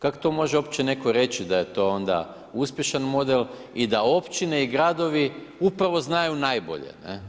Kako to može uopće neko reći da je to onda uspješan model i da općine i gradovi upravo znaju najbolje?